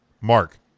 Mark